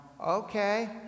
okay